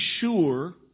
sure